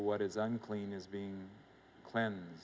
what is unclean is being planned